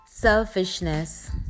Selfishness